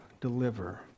deliver